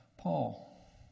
Paul